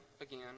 again